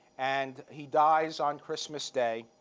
and he dies on christmas day.